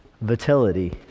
vitality